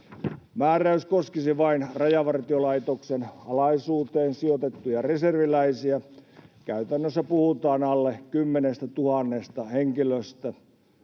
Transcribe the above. Määräys koskisi vain Rajavartiolaitoksen alaisuuteen sijoitettuja reserviläisiä, käytännössä puhutaan alle 10 000 henkilöstä.